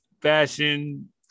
fashion